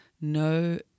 no